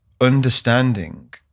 understanding